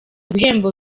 ibihembo